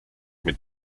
mit